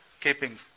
keeping